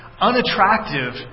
unattractive